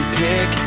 pick